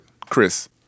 Chris